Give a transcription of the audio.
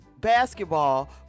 basketball